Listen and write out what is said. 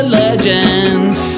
legends